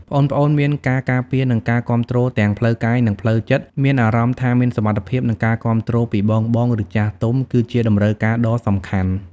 ប្អូនៗមានការការពារ និងការគាំទ្រទាំងផ្លូវកាយ និងផ្លូវចិត្ត មានអារម្មណ៍ថាមានសុវត្ថិភាព និងការគាំទ្រពីបងៗ ឬចាស់ទុំ គឺជា តម្រូវការដ៏សំខាន់។